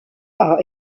are